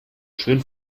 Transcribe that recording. schön